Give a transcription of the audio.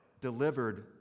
delivered